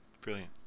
Brilliant